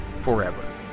forever